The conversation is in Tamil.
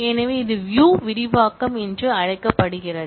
எனவே இது வியூ விரிவாக்கம் என்று அழைக்கப்படுகிறது